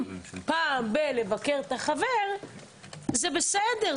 פעם בכמה זמן לבקר את החבר - זה בסדר.